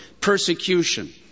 persecution